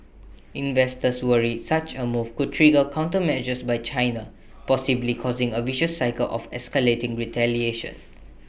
investors worry such A move could trigger countermeasures by China possibly causing A vicious cycle of escalating retaliation